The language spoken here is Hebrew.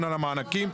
פה.